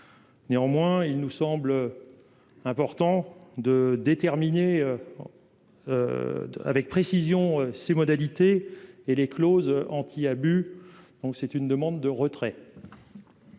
Néanmoins, il nous semble important de déterminer avec précision ses modalités et les clauses anti-abus, donc c'est une demande de retrait.